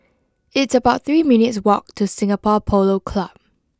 it's about three minutes' walk to Singapore Polo Club